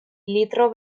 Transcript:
litro